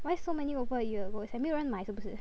why so many over a year ago it's like 没有人买是不是